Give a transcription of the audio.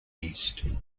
east